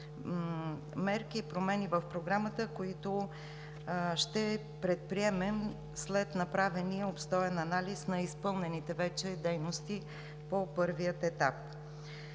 мерки и промени в Програмата, които ще предприемем след направения обстоен анализ на изпълнените вече дейности по първия етап.